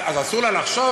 אז אסור לה לחשוב?